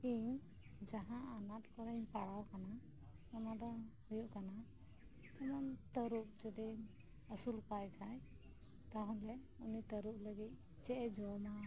ᱤᱧ ᱡᱟᱦᱟᱸ ᱟᱱᱟᱴ ᱠᱚᱨᱮᱧ ᱯᱟᱲᱟᱣ ᱠᱟᱱᱟ ᱚᱱᱟ ᱫᱚ ᱦᱩᱭᱩᱜ ᱠᱟᱱᱟ ᱠᱩᱞ ᱛᱟᱹᱨᱩᱵ ᱡᱩᱫᱤᱢ ᱟᱥᱩᱞ ᱠᱟᱭ ᱠᱷᱟᱡ ᱛᱟᱦᱞᱮ ᱩᱱᱤ ᱛᱟᱹᱨᱩᱵ ᱞᱟᱜᱤᱜ ᱪᱮᱜ ᱮ ᱡᱚᱢᱟ